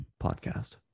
podcast